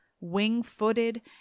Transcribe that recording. wing-footed